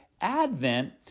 Advent